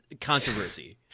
controversy